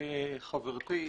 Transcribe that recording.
חברתי,